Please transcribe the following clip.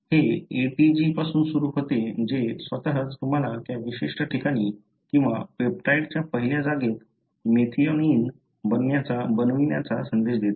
हे ATG पासून सुरू होते जे स्वतःच तुम्हाला त्या विशिष्ट ठिकाणी किंवा पेप्टाइडच्या पहिल्या जागेत मेथिओनिन बनवण्याचा संदेश देते